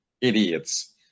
idiots